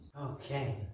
Okay